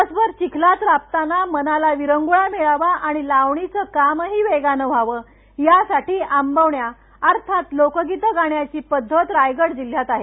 दिवसभर चिखलात राबताना मनाला विरंगुळा मिळावा आणि लावणीचं काम ही वेगानं व्हावं यासाठी आबवण्या अर्थात लोकगीतं गाण्याची पध्दत रायगड जिल्हयात आहे